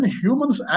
humans